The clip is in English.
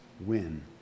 win